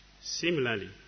Similarly